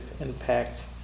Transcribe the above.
impact